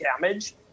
damage